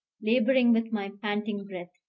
laboring with my panting breath,